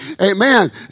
Amen